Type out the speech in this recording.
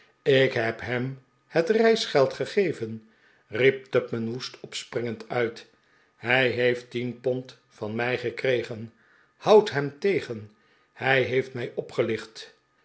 ik heb hem het reisgeld gegeven riep tupman woest opspringend uit hij heeft tien pond van mij gekregen houd hem tegen hij heeft mij opgelicht